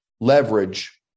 leverage